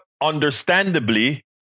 understandably